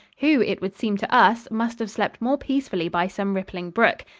who, it would seem to us, must have slept more peacefully by some rippling brook.